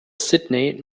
sydney